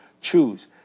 Choose